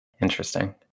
Interesting